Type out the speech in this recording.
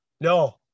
No